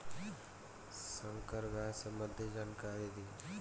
संकर गाय सबंधी जानकारी दी?